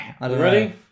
ready